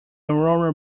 aurora